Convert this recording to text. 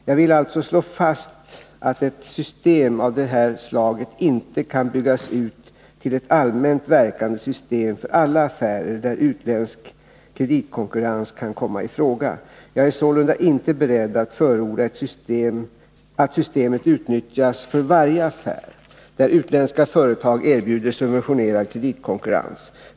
Jag vill alltså slå fast att ett system av det här slaget inte kan byggas ut till ett allmänt verkande system för alla affärer där utländsk kreditkonkurrens kan komma i fråga. Jag är sålunda inte beredd att förorda att systemet utnyttjas för varje affär där utländska företag erbjuder subventionerad kreditkonkurrens.